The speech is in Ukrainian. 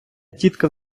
тітка